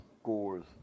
scores